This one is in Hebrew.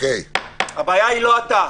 הבעיה היא לא אתה.